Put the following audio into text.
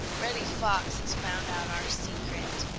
reddy fox has found out our secret.